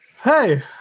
Hey